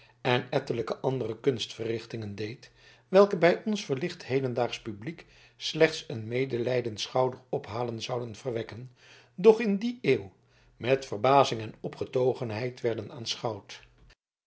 en ettelijke andere kunstverrichtingen deed welke bij ons verlicht hedendaagsch publiek slechts een medelijdend schouderophalen zouden verwekken doch in die eeuw met verbazing en opgetogenheid werden